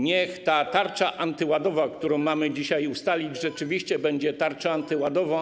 Niech ta tarcza antyładowa, którą mamy dzisiaj ustalić, rzeczywiście będzie tarczą antyładową.